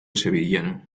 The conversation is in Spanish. sevillano